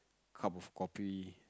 cup of kopi